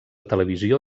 televisió